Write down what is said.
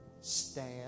stand